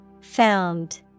Found